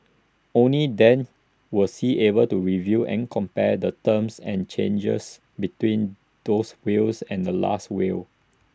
only then was he able to review and compare the terms and changes between those wills and the Last Will